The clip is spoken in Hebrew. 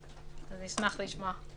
אשמח לשמוע.